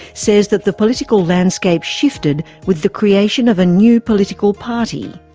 says that the political landscape shifted with the creation of a new political party.